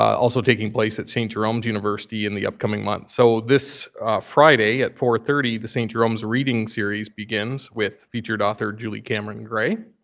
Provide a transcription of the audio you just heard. also taking place at st. jerome's university in the upcoming month. so this friday at four thirty, the st. jerome's reading series begins with featured author julie cameron gray.